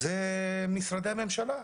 היא של משרדי הממשלה.